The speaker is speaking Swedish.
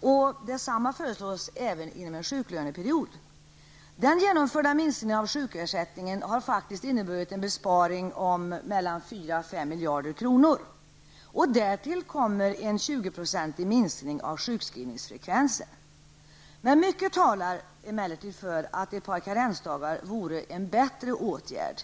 och detsamma föreslås även inom en sjuklöneperiod. Den genomförda sänkningen av sjukersättningen har inneburit en besparing om 4--5 miljarder kronor. Därtill kommer en 20-procentig minskning av sjukskrivningsfrekvensen. Mycket talar emellertid för att ett par karensdagar vore en bättre åtgärd.